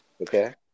okay